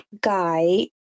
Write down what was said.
guy